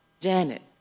Janet